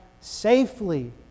safely